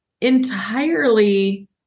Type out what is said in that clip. entirely